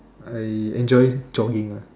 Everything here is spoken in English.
I enjoy jogging lah